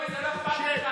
נכון?